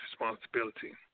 responsibility